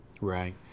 Right